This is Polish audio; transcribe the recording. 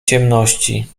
ciemności